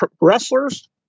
Wrestlers